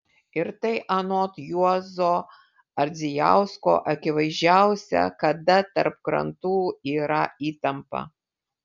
ir tai anot juozo ardzijausko akivaizdžiausia kada tarp krantų yra įtampa